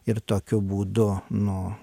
ir tokiu būdu nu